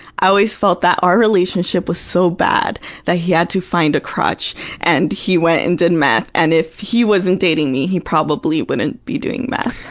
i always felt that our relationship was so bad that he had to find a crutch and he went and did meth, and if he wasn't dating me, he probably wouldn't be doing meth.